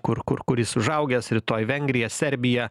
kur kur kur jis užaugęs rytoj vengrija serbija